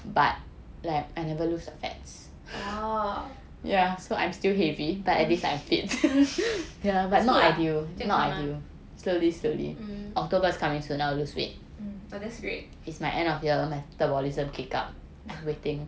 oh it's good lah mm mm oh that's great